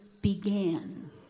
began